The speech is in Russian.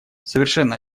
совершенно